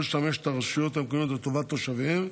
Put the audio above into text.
לשמש את הרשויות המקומיות לטובת תושביהן,